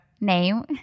Name